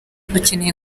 dukeneye